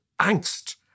angst